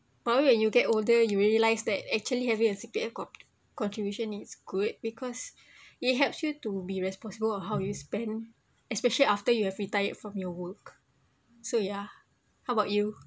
probably when you get older you realise that actually having a C_P_F con~ contribution is good because it helps you to be responsible on how you spend especially after you have retired from your work so yeah how about you